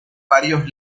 varios